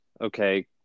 Okay